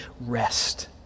rest